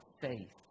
faith